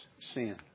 sin